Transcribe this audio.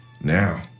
now